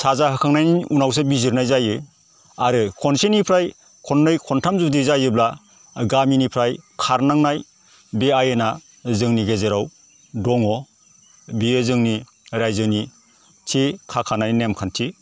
साजा होखांनायनि उनावसो बिजिरनाय जायो आरो खनसेनिफ्राय खनै खनथाम जुदि जायोब्ला गामिनिफ्राय खारनांनाय बे आयेना जोंनि गेजेराव दङ बियो जोंनि रायजोनि थि खाखानाय नेम खान्थि